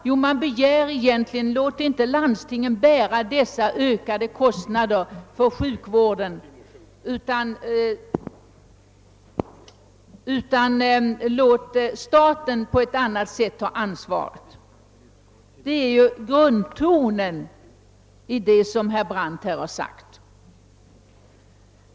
Jo, man begär att landstingen inte skall behöva bära dessa ökade kostnader för sjukvården, utan att staten på ett annat sätt än nu skall ta ansvaret. Det är grunddraget i vad herr Brandt här sagt.